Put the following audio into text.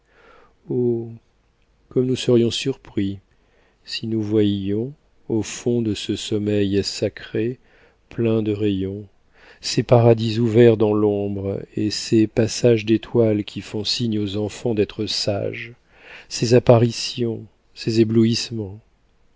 comme nous serions surpris si nous voyions au fond de ce sommeil sacré plein de rayons ces paradis ouverts dans l'ombre et ces passages d'étoiles qui font signe aux enfants d'être sages ces apparitions ces éblouissements